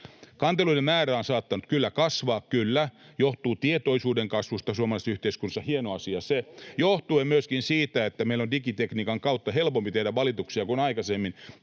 Kanteluiden määrä on saattanut kyllä kasvaa, kyllä, johtuen tietoisuuden kasvusta suomalaisessa yhteiskunnassa — hieno asia se — [Timo Heinonen: Ongelmista!] ja johtuen myöskin siitä, että meillä on digitekniikan kautta helpompi tehdä valituksia kuin aikaisemmin,